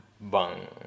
bang